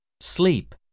Sleep